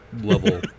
level